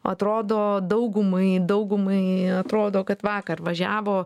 atrodo daugumai daugumai atrodo kad vakar važiavo